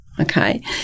okay